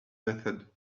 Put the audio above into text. method